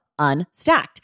Unstacked